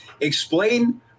explain